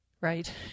right